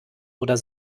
oder